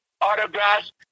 autographs